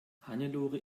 hannelore